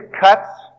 cuts